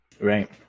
Right